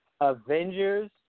Avengers